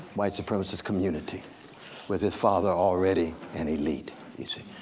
white supremacist community with his father already an elite you see.